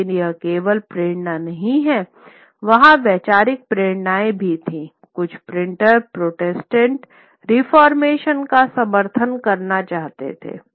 लेकिन यह केवल प्रेरणा नहीं है वहाँ वैचारिक प्रेरणाएँ भी थी कुछ प्रिंटर प्रोटेस्टेंट रिफॉर्मेशन का समर्थन करना चाहते थे